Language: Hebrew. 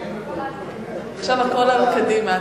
עכשיו הכול על קדימה.